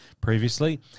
previously